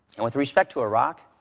and with respect to iraq,